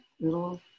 little